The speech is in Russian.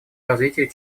развитию